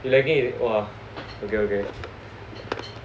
you lagging !wah! okay okay